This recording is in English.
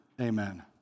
Amen